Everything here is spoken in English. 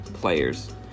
players